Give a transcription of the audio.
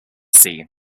sea